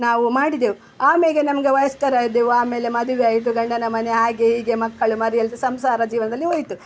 ನಾವು ಮಾಡಿದೆವು ಆಮೇಗೆ ನಮ್ಗೆ ವಯಸ್ಕರಾದೆವು ಆಮೇಲೆ ಮದುವೆ ಆಯಿತು ಗಂಡನ ಮನೆ ಹಾಗೆ ಹೀಗೆ ಮಕ್ಕಳು ಮರಿ ಎಲ್ಲ ಸ ಸಂಸಾರ ಜೀವನದಲ್ಲಿ ಹೋಯಿತು